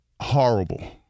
horrible